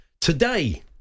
today